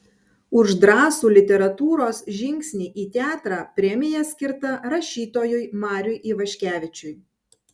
už drąsų literatūros žingsnį į teatrą premija skirta rašytojui mariui ivaškevičiui